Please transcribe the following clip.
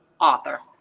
author